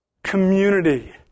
Community